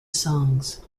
songs